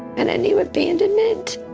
and i knew abandonment.